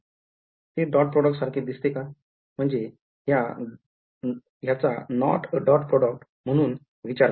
ते dot product सारखे दिसते का म्हणजे ह्याचा नॉट a dot product म्हणून विचार करा